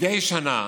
מדי שנה